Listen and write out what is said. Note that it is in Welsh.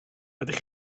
ydych